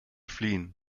fliehen